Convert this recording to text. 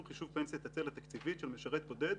חישוב פנסיית הצל התקציבית של משרת בודד,